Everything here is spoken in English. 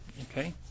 Okay